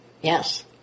Yes